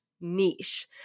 niche